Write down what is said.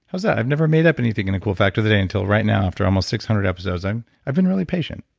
how's that? i've never made up anything in the cool fact today until right now after almost six hundred episodes. i've i've been really patient.